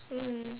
mm